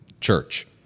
church